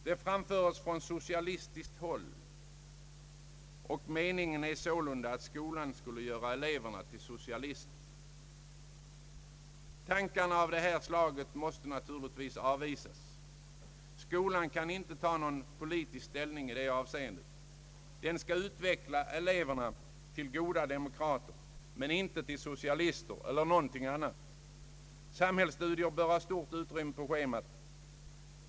Det framföres från socialistiskt håll, och meningen är sålunda att skolan skulle göra eleverna till socialister. Tankar av det här slaget måste naturligtvis avvisas. Skolan kan inte ta någon politisk ställning i det avseendet. Den skall utveckla eleverna till goda demokrater men inte till socialister eller någonting annat. Samhällsstudier bör ha stort utrymme på schemat.